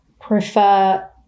prefer